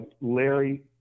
Larry